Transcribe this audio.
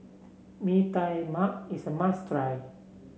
Mee Tai Mak is a must try